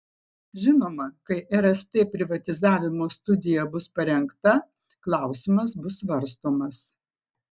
žinoma kai rst privatizavimo studija bus parengta klausimas bus svarstomas